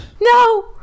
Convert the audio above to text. No